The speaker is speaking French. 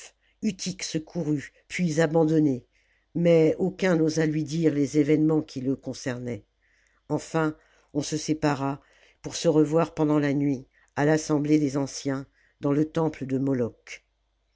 secourue puis abandonnée mais aucun n'osa lui dire les événements qui le concernaient enfin on se sépara pour se revoir pendant la nuit à l'assemblée des anciens dans le temple de moloch